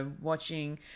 watching